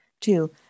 Two